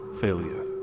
failure